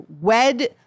wed